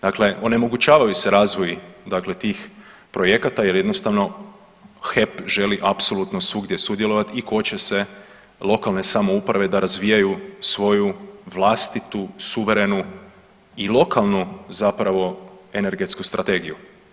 Dakle, onemogućavaju se razvoji dakle tih projekta jer jednostavno HEP želi apsolutno svugdje sudjelovat i koče se lokalne samouprave da razvijaju svoju vlastitu suverenu i lokalnu zapravo energetsku strategiju.